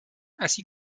así